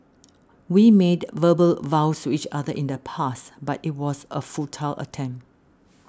we made verbal vows to each other in the past but it was a futile attempt